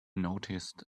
noticed